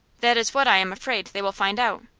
that is what i am afraid they will find out.